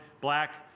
black